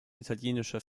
italienischer